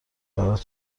برات